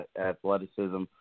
athleticism